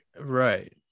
Right